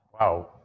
Wow